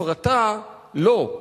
הפרטה, לא,